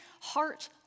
heart